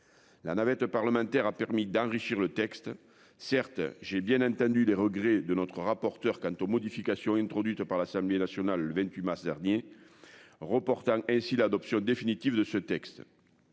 La navette parlementaire a permis d'enrichir le texte, certes, j'ai bien entendu les regrets de notre rapporteur quant aux modifications introduites par l'Assemblée nationale le 28 mars dernier. Remportant ainsi l'adoption définitive de ce texte.